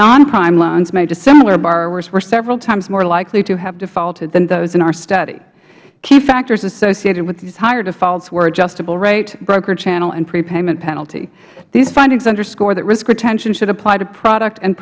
non prime loans made to similar borrowers were several times more likely to have defaulted than those in our study key factors associated with these higher defaults were adjustable rate broker channel and prepayment penalty these findings underscore that risk retention should apply to product and